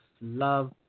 love